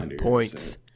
points